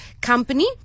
company